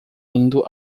indo